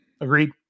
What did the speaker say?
Agreed